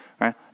right